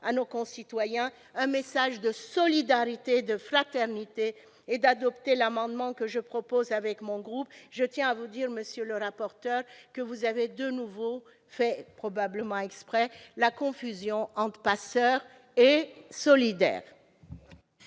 à nos concitoyens, un message de solidarité et de fraternité en adoptant l'amendement que je propose avec mon groupe. Pour finir, je tiens à vous dire, monsieur le rapporteur, que vous avez de nouveau fait, probablement exprès, la confusion entre passeurs et solidaires.